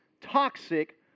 toxic